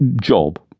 job